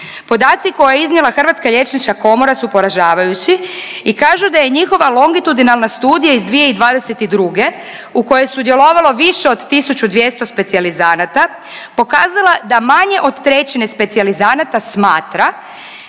Podaci koje je iznijela Hrvatska liječnička komora su poražavajući i kažu da je njihova longitudinalna studija iz 2022. u kojoj je sudjelovalo više od 1200 specijalizanata pokazala da manje od trećine specijalizanata smatra